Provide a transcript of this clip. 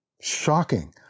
Shocking